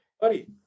Buddy